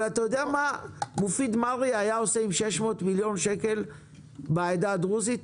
אתה יודע מה מופיד מרעי היה עושה עם 600 מיליון שקל בעדה הדרוזית?